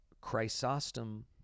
Chrysostom